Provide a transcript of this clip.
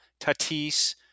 Tatis